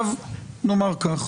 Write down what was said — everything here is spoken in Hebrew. בשעה 18:10